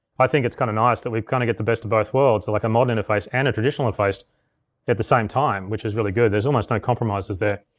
i think it's kinda nice that we kinda get the best of both worlds like a modern interface and a traditional interface at the same time, which is really good. there's almost no compromises there.